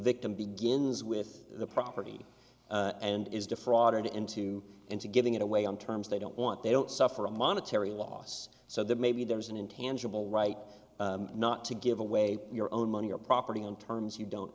victim begins with the property and is defrauded into into giving it away on terms they don't want they don't suffer a monetary loss so that maybe there is an intangible right not to give away your own money or property in terms you don't